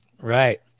Right